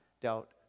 doubt